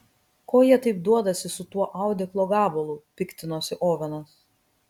ko jie taip duodasi su tuo audeklo gabalu piktinosi ovenas